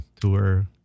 tour